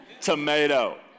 tomato